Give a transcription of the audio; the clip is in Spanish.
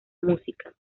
música